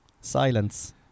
Silence